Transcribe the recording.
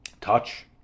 Touch